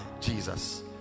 Jesus